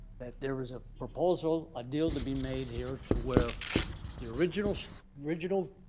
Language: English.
that there was a proposal, a deal to be made here to where the original original